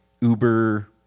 uber